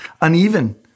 uneven